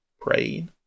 praying